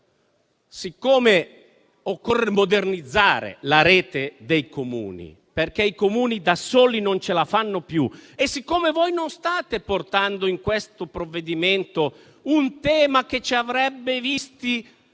che occorre modernizzare la rete dei Comuni, che da soli non ce la fanno più? Voi non state portando in questo provvedimento un tema che ci avrebbe visti